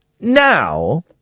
now